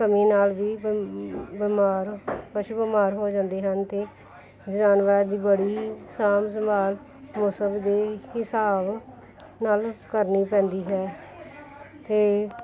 ਕਮੀ ਨਾਲ ਵੀ ਬ ਬਿਮਾਰ ਪਸ਼ੂ ਬਿਮਾਰ ਹੋ ਜਾਂਦੇ ਹਨ ਅਤੇ ਜਾਨਵਰਾਂ ਦੀ ਬੜੀ ਸਾਂਭ ਸੰਭਾਲ ਮੌਸਮ ਦੇ ਹਿਸਾਬ ਨਾਲ ਕਰਨੀ ਪੈਂਦੀ ਹੈ ਅਤੇ